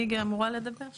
גם אני אמורה לדבר שם.